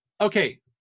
Okay